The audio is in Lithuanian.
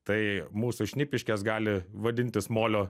tai mūsų šnipiškes gali vadintis molio